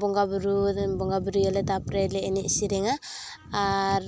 ᱵᱚᱸᱜᱟᱼᱵᱩᱨᱩ ᱵᱚᱸᱜᱟᱼᱵᱩᱨᱩᱭᱟᱞᱮ ᱛᱟᱨᱯᱚᱨᱞᱮ ᱮᱱᱮᱡ ᱥᱮᱨᱮᱧᱟ ᱟᱨ